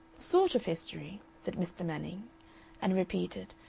sort of history, said mr. manning and repeated,